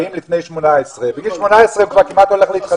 באים לפני 18. בגיל 18 הוא כבר כמעט הולך להתחתן.